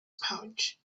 pouch